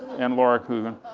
and laura kurgan.